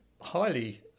highly